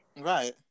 Right